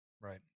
Right